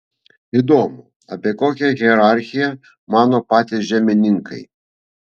įdomu ką apie tokią hierarchiją mano patys žemininkai